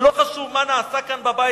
שלא חשוב מה נעשה כאן,